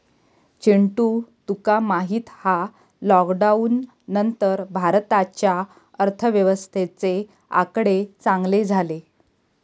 चिंटू तुका माहित हा लॉकडाउन नंतर भारताच्या अर्थव्यवस्थेचे आकडे चांगले झाले